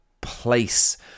Place